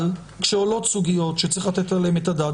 אבל כשעולות סוגיות שצריך לתת עליהן את הדעת,